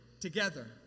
together